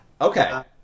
Okay